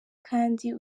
kandi